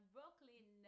Brooklyn